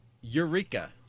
Eureka